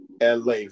La